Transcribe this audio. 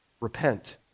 repent